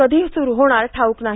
कधी सुरू होणार ठाऊक नाही